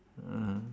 ah ah